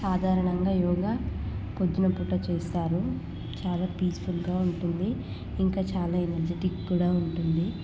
సాదరణంగా యోగా పొద్దునపూట చేస్తారు చాలా పీస్ఫుల్గా ఉంటుంది ఇంకా చాలా ఎనర్జిటిక్ కూడా ఉంటుంది